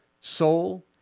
soul